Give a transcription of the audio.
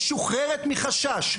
משוחררת מחשש.